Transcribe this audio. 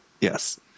Yes